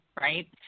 right